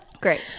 great